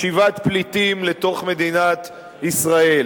שיבת פליטים לתוך מדינת ישראל,